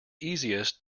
easiest